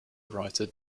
writer